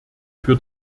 für